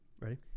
Ready